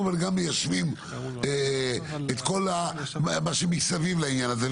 אבל גם מיישבים את כל מה שמסביב לעניין הזה,